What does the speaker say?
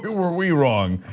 were we wrong.